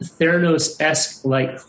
Theranos-esque-like